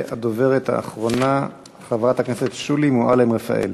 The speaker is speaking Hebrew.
הדוברת האחרונה, חברת הכנסת שולי מועלם-רפאלי.